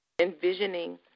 envisioning